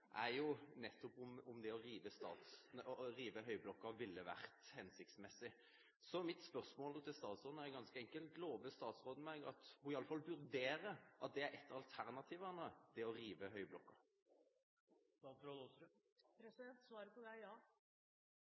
er jo nettopp om det å rive høyblokka ville vært hensiktsmessig. Så mitt spørsmål til statsråden er ganske enkelt: Lover statsråden meg at hun i alle fall vil vurdere at det å rive høyblokka er et av alternativene? Svaret på det